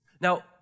Now